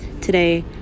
today